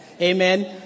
amen